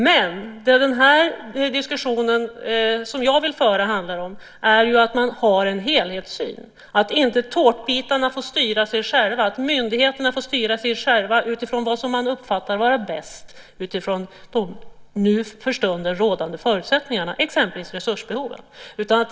Men det den diskussion som jag vill föra handlar om är att man har en helhetssyn, att inte tårtbitarna får styra sig själva, att inte myndigheterna får styra sig själva utifrån det man uppfattar vara bäst utifrån de för stunden rådande förutsättningarna, exempelvis resursbehoven.